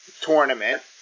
tournament